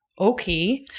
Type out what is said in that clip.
Okay